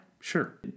sure